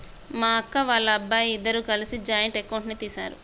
మా అక్క, వాళ్ళబ్బాయి ఇద్దరూ కలిసి జాయింట్ అకౌంట్ ని తీశారు